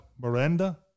Miranda